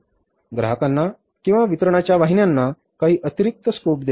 ग्राहकांना किंवा वितरणाच्या वाहिन्यांना काही अतिरिक्त स्कोप्स देणे